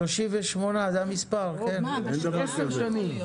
בעשר שנים.